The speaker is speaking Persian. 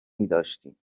میداشتیم